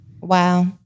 Wow